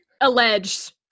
Alleged